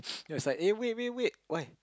he was like eh wait wait wait why